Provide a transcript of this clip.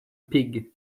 pig